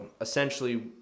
essentially